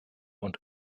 und